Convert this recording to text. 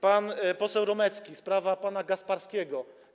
Pan poseł Romecki - sprawa pana Gasparskiego.